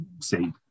say